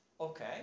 okay